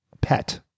pet